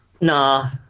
Nah